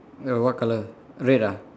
eh what color red ah